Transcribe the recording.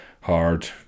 hard